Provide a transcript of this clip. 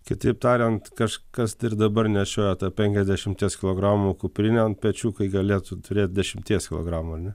kitaip tariant kažkas ir dabar nešiojo tą penkiasdešimties kilogramų kuprinę ant pečių kai galėtų turėt dešimties kilogramų ar ne